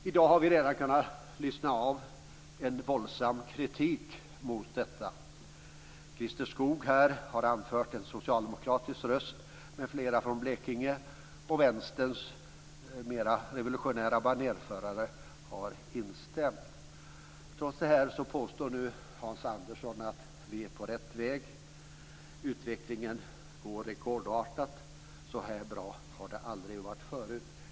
I dag har vi redan kunnat lyssna av en våldsam kritik mot detta. Christer Skoog har anfört en socialdemokratisk röst, och flera från Blekinge och Vänsterns mer revolutionära banerförare har instämt. Trots detta påstår nu Hans Andersson att vi är på rätt väg: Utvecklingen går rekordartat, och så här bra har det aldrig varit förut.